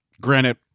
granite